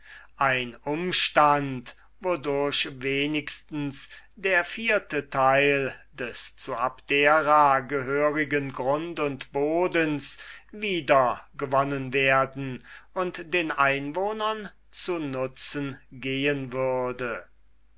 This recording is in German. ein umstand wodurch wenigstens der vierte teil des zu abdera gehörigen grund und bodens wieder gewonnen werden und den einwohnern zu nutzen gehen würde